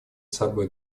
собой